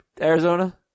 Arizona